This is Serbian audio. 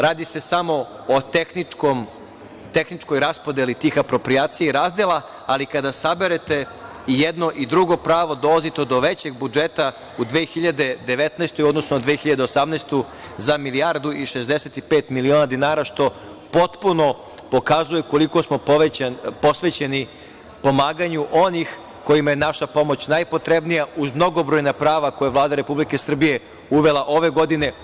Radi se samo o tehničkoj raspodeli tih aproprijacija i razdela, ali kada saberete i jedno i drugo pravo, dolazite do većeg budžeta u 2019. godini u odnosu na 2018. godinu za milijardu i 65 miliona dinara, što potpuno pokazuje koliko smo posvećeni pomaganju onih kojima je naša pomoć najpotrebnija, uz mnogobrojna prava koje je Vlada Republike Srbije uvela ove godine.